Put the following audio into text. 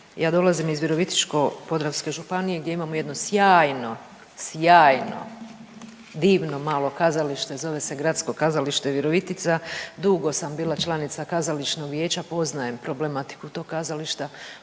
Ja dolazim iz Virovitičko-podravske županije gdje imamo jedno sjajno, sjajno, divno malo kazalište, zove se Gradsko kazalište Virovitica, dugo sam bila članica kazališnog vijeća, poznajem problematiku tog kazališta,